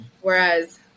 Whereas